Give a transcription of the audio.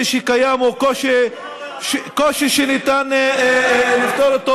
אז לכן אני אומר שהקושי שקיים הוא קושי שניתן לפתור אותו.